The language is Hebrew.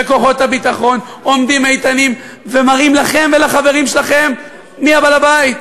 וכוחות הביטחון עומדים איתנים ומראים לכם ולחברים שלכם מי בעל-הבית.